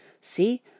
See